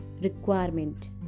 requirement